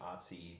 artsy